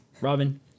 Robin